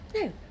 No